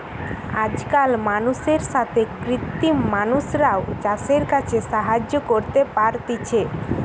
আজকাল মানুষের সাথে কৃত্রিম মানুষরাও চাষের কাজে সাহায্য করতে পারতিছে